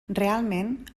realment